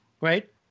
right